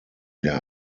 der